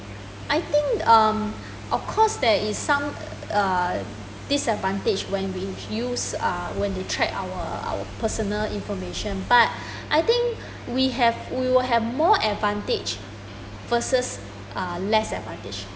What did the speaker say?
I think um of course there is some uh disadvantage when we use uh when they track our our personal information but I think we have we would have more advantage versus uh less advantage